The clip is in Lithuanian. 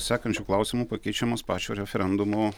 sekančiu klausimu pakeičiamos pačio referendumo